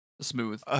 Smooth